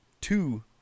two